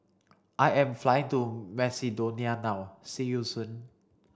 I am flying to Macedonia now see you soon